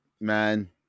Man